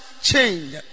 change